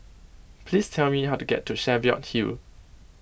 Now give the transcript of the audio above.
please tell me how to get to Cheviot Hill